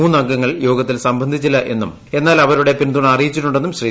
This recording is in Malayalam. മൂന്ന് അംഗങ്ങൾ യോഗത്തിൽ സംബന്ധിച്ചിട്ടില്ല എന്നും എന്നാൽ അവർ അവരുടെ പിന്തുണ അറിയിച്ചിട്ടുണ്ടെന്നും ശ്രീ